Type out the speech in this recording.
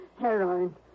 heroin